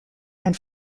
and